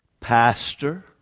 pastor